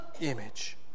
image